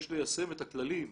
יש ליישם את הכללים,